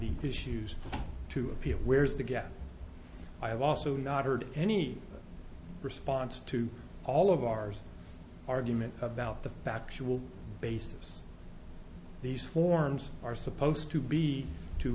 the issues to appeal where's the gap i have also not heard any response to all of ours argument about the factual basis these forms are supposed to be to